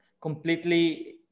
completely